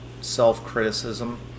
self-criticism